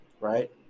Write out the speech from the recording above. right